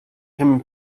him